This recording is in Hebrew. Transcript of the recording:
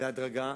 בהדרגה